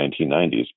1990s